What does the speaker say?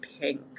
pink